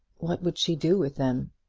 what would she do with them?